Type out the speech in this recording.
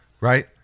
right